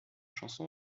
chanson